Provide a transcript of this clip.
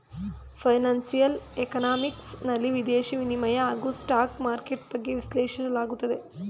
financial economics ನಲ್ಲಿ ವಿದೇಶಿ ವಿನಿಮಯ ಹಾಗೂ ಸ್ಟಾಕ್ ಮಾರ್ಕೆಟ್ ಬಗ್ಗೆ ವಿಶ್ಲೇಷಿಸಲಾಗುತ್ತದೆ